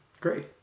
Great